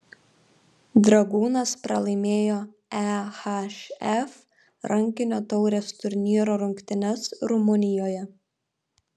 dragūnas pralaimėjo ehf rankinio taurės turnyro rungtynes rumunijoje